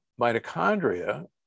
mitochondria